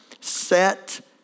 set